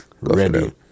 Ready